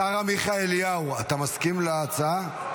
השר עמיחי אליהו, אתה מסכים להצעה?